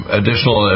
additional